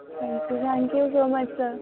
thank you thank you so much sir